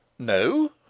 No